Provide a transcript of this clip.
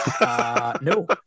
No